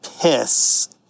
piss